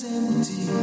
empty